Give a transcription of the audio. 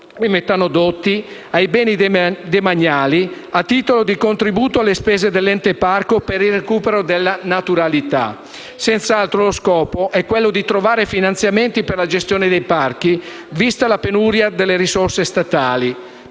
e metanodotti, ai beni demaniali, a titolo di contributo alle spese dell’ente parco per il recupero della naturalità. Senz’altro lo scopo è quello di trovare finanziamenti per la gestione dei parchi, vista la penuria delle risorse statali.